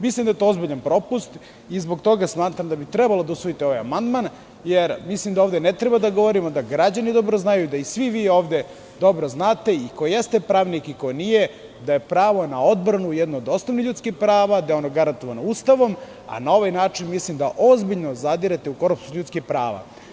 Mislim da je to ozbiljan propust i zbog toga smatram da bi trebali da usvojite ovaj amandman, jer mislim da ovde ne treba da govorimo, građani dobro znaju, svi vi dobro znate, i ko jeste pravnik, i ko nije, da je pravo na odbranu jedno od osnovnih ljudskih prava, da je ono garantovano Ustavom, a na ovaj način ozbiljno zadirate u ljudska prava.